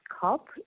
COP